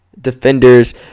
defenders